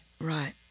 Right